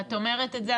כשאת אומרת את זה,